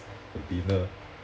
or dinner